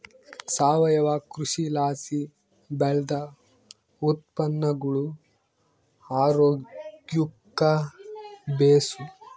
ಸಾವಯವ ಕೃಷಿಲಾಸಿ ಬೆಳ್ದ ಉತ್ಪನ್ನಗುಳು ಆರೋಗ್ಯುಕ್ಕ ಬೇಸು